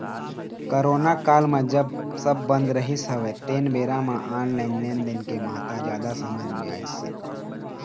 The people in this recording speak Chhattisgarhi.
करोना काल म जब सब बंद रहिस हवय तेन बेरा म ऑनलाइन लेनदेन के महत्ता जादा समझ मे अइस हे